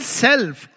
self